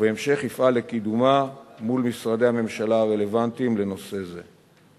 ובהמשך יפעל לקידומה מול משרדי הממשלה הרלוונטיים לנושא זה.